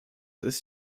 ist